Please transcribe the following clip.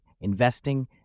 investing